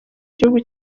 gihugu